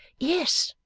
yes,